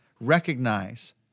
Recognize